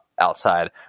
outside